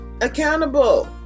Accountable